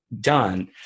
done